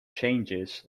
changes